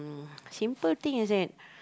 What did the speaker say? simple things that